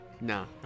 No